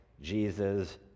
Jesus